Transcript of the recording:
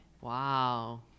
Wow